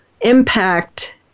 impact